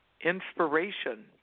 inspiration